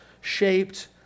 shaped